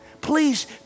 Please